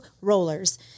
rollers